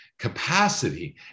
capacity